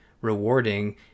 rewarding